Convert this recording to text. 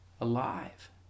alive